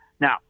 Now